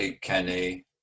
Kenny